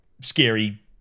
scary